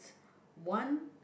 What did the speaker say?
one